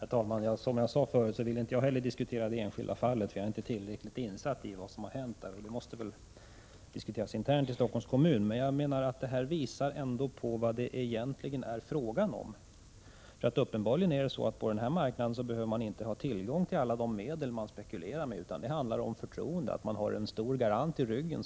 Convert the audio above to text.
Herr talman! Som jag sade förut vill inte heller jag diskutera det enskilda fallet — jag är inte tillräckligt insatt i vad som har hänt — utan det får diskuteras internt i Stockholms kommun. Men jag menar att det här fallet ändå visar vad det är fråga om. Uppenbarligen behöver man inte på den här marknaden ha tillgång till alla de medel som man spekulerar med, utan det handlar om ett förtroende, att man har en stor garant i ryggen.